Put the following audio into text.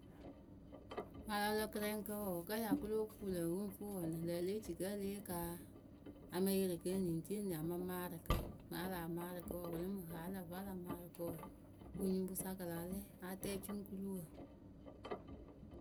Mɨŋ a la lɔ kɨrɛŋkǝ wǝǝ kǝ́ ya kɨ lóo fuu lǝ̈ wɨŋ fɨ wǝ ŋlǝ̈ŋlǝ̈ e lée ci kǝ́ e lée yee kaa. a mɨ yɩrɩ kɨ eni ŋ ri eni a mɨ maarɨ kɨ mɨ ŋ a laa maarɨ kɨ wǝǝ kɨ lɨŋ mɨ haa lǝ̈ vǝ́ a la maarɨ kɨ wǝǝ mɨ nyuŋkpǝ sa kɨ la lɛ a tɛɛ cuŋkuluwǝ.